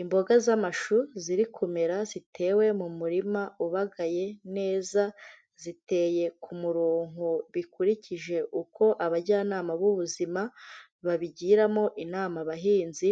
Imboga z'amashu ziri kumera zitewe mu murima ubagaye neza, ziteye ku murongo bikurikije uko abajyanama b'ubuzima babigiramo inama abahinzi,